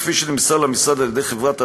כפי שנמסר למשרד מחברת הדואר,